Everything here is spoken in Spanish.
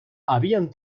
habían